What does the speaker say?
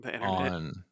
on